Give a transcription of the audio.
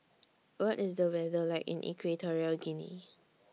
What IS The weather like in Equatorial Guinea